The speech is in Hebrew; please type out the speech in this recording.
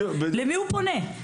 למי הוא פונה?